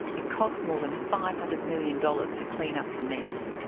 it cost more than five hundred million dollars to clean up the mess.